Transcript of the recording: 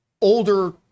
older